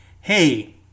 hey